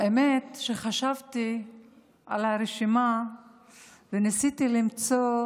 האמת שחשבתי על הרשימה וניסיתי למצוא